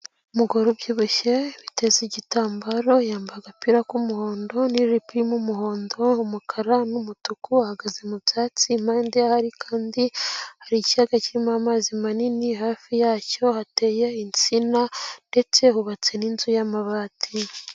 Umugore ubyibushye witeza igitambaro, yambaye agapira k'umuhondo n'ijipo y'umuhondo, umukara n'umutuku. Uhagaze mu byatsi impande ye hari kandi hari ikiyaga kirimo amazi manini hafi yacyo hateye insina ndetse hubatse n'inzu y'amabati.